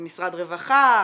ממשלה, משרד רווחה.